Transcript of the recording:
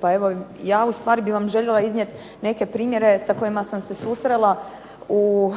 Pa evo ja ustvari bi vam željela iznijeti neke primjere sa kojima sam se susrela u